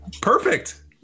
Perfect